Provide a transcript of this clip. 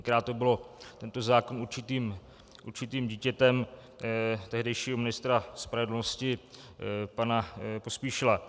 Tenkrát byl tento zákon určitým dítětem tehdejšího ministra spravedlnosti pana Pospíšila.